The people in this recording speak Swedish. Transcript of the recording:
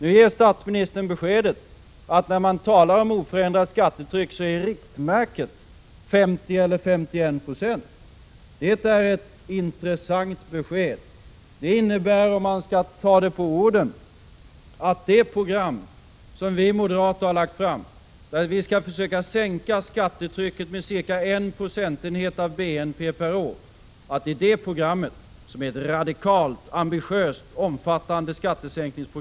Nu ger statsministern beskedet att riktmärket när man talar om oförändrat skattetryck är 50 eller 51 920. Det är ett intressant besked. Det innebär, om man skall ta det på orden, att vi nu kan påräkna Ingvar Carlssons stöd för det program som vi moderater har lagt fram och som går ut på att vi skall sänka skattetrycket med ca 1 procentenhet av BNP per år — ett radikalt, ambitiöst och omfattande skattesänkningspro